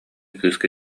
кыыска